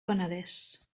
penedès